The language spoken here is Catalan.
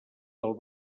del